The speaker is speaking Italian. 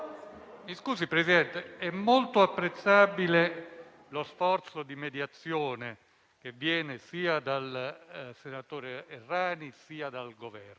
Signor Presidente, è molto apprezzabile lo sforzo di mediazione che viene sia dal senatore Errani sia dal Governo.